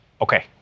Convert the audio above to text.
Okay